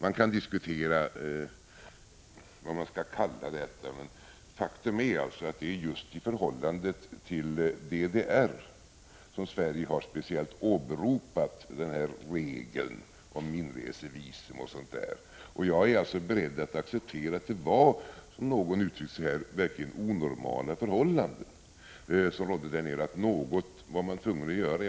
Man kan diskutera vad man skall kalla detta, men faktum är att det är just i förhållandet till DDR som Sverige speciellt har åberopat regeln om inresevisum m.m. Jag är beredd acceptera att det var, som någon uttryckte det här, onormala förhållanden som rådde där nere. Något var man alltså tvungen att göra.